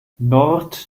nord